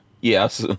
Yes